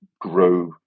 grow